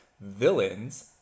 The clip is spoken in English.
Villains